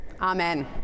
Amen